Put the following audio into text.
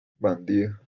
bandido